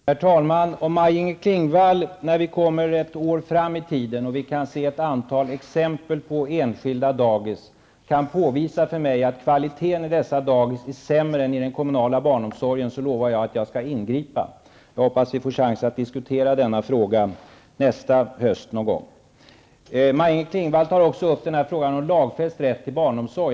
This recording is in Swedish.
Herr talman! Om Maj-Inger Klingvall, efter ett år framåt i tiden då vi kan se ett antal exempel på enskilda daghem, kan påvisa för mig att kvaliteten i dessa daghem är sämre än kvaliteten i den kommunala barnomsorgen, lovar jag att jag skall ingripa. Jag hoppas att vi får tillfälle att diskutera denna fråga någon gång nästa höst. Maj-Inger Klingvall tog upp frågan om lagstadgad rätt till barnomsorg.